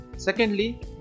Secondly